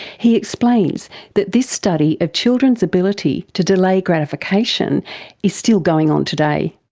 he explains that this study of children's ability to delay gratification is still going on today.